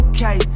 Okay